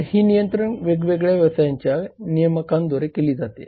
तर ही नियंत्रणे वेगवेगळ्या व्यवसायांच्या नियामकांद्वारे केली जातात